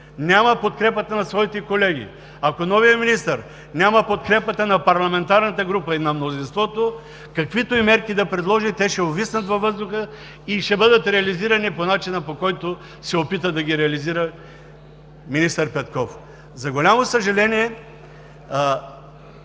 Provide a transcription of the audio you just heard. няма подкрепата на своите колеги, ако новият министър няма подкрепата на парламентарната група и на мнозинството, каквито и мерки да предложи, те ще увиснат във въздуха и ще бъдат реализирани по начина, по който се опита да ги реализира министър Петков. За голямо съжаление,